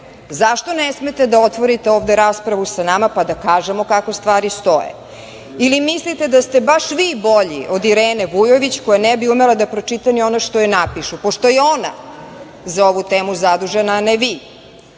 ne smete da otvorite ovde raspravu sa nama, pa da kažemo kako stvari stoje? Ili mislite da ste baš vi bolji od Irene Vujović, koja ne bi umela da pročita ni ono što joj napišu, pošto je ona za ovu temu zadužena, a ne vi.